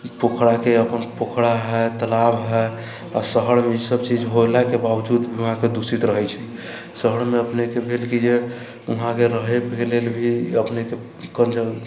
पोखरिके अपन पोखरि हइ तालाब हइ आ शहरमे ई सब चीज होलाके बाबजूदमे अहाँकेँ दूषित रहैत छै शहरमे अपनेके भेल की जे वहाँके रहैके लेल भी अपनेकेँ कम जगह